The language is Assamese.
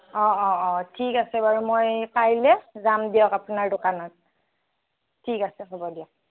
অ অ অ ঠিক আছে বাৰু মই কাইলৈ যাম দিয়ক আপোনাৰ দোকানত ঠিক আছে হ'ব দিয়ক